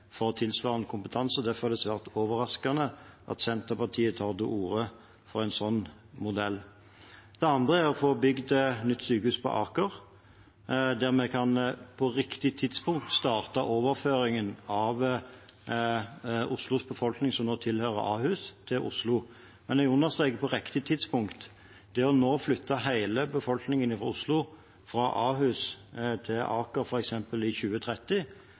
for tilsvarende kompetanse. Derfor er det svært overraskende at Senterpartiet tar til orde for en slik modell. Det andre er å få bygd nytt sykehus på Aker, der vi – på riktig tidspunkt – kan starte overføringen av Oslos befolkning som nå tilhører Ahus, til Oslo. Jeg understreker «på riktig tidspunkt», for nå å flytte hele befolkningen i Oslo fra Ahus til Aker, f.eks. i 2030,